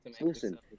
Listen